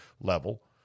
level